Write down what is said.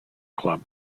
club